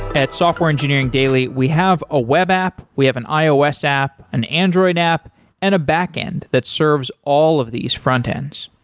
at software engineering daily, we have a web app, we have an ios app, an android app and a back-end that serves all of these frontends.